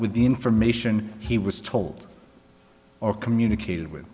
with the information he was told or communicated with